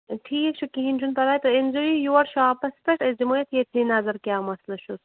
ٹھیٖک چھُ کِہیٖنٛۍ چھُنہٕ پَرواے تُہۍ أنۍزیٚو یہِ یور شاپَس پیٚٹھ أسۍ دِمو اَتھ ییٚتی نَظر کیٛاہ مَسلہٕ چھُ